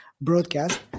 broadcast